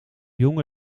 jonge